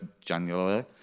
january